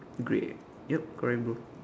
grey yup correct bro